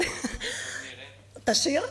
תשיר?